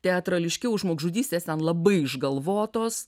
teatrališkiau žmogžudystės ten labai išgalvotos